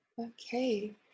Okay